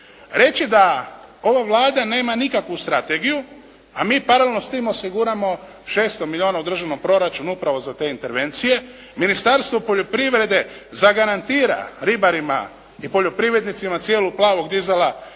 Reći da ova Vlada nema nikakvu strategiju a mi paralelno s tim osiguramo 600 milijuna u državnom proračunu upravo za te intervencije. Ministarstvo poljoprivrede zagarantira ribarima i poljoprivrednicima cijenu plavog Disela